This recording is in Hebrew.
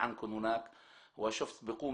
יש להם את הבעיה